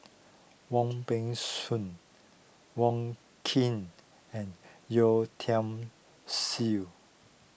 Wong Peng Soon Wong Keen and Yeo Tiam Siew